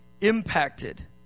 impacted